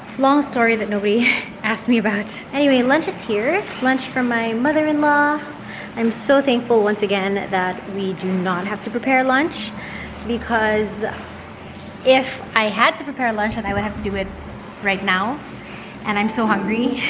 long story that nobody asked me about. anyway, lunch is here lunch for my mother-in-law i'm so thankful once again that we do not have to prepare lunch because if i had to prepare lunch and i would have to do it right now and i'm so hungry